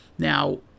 Now